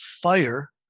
fire